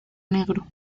negro